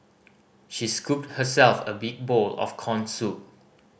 she scooped herself a big bowl of corn soup